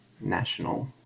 national